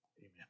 Amen